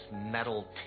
metal